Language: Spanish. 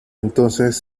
entonces